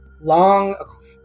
long